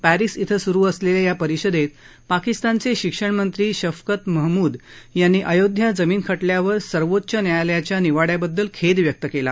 Paris इथं सुरु असलेल्या या परिषदेत पाकिस्तानचे शिक्षणमंत्री शफकत महमूद यांनी अयोध्या जमीन खटल्यावर सर्वोच्च न्यायालयाच्या निवाड्याबद्दल खेद व्यक्त केला